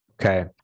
Okay